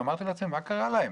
שאלתי את עצמי מה קרה להם,